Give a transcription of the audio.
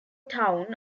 town